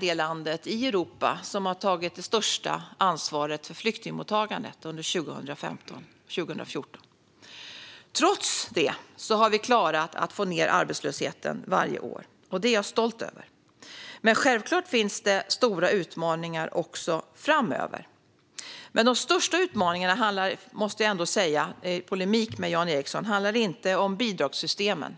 det land i Europa som tog det största ansvaret för flyktingmottagandet under 2015 och 2014. Trots det har vi klarat att få ned arbetslösheten varje år, och det är jag stolt över. Självklart finns det stora utmaningar framöver. Men de största utmaningarna - det måste jag ändå säga, i polemik med Jan Ericson - handlar inte om bidragssystemen.